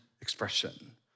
expression